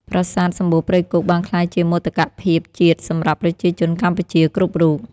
ប្រាសាទសំបូរព្រៃគុកបានក្លាយជាមោទកភាពជាតិសម្រាប់ប្រជាជនកម្ពុជាគ្រប់រូប។